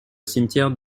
cimetière